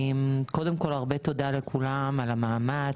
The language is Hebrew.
קודם כול הרבה תודה לכולם על המאמץ,